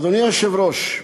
אדוני היושב-ראש,